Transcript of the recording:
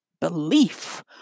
belief